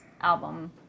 album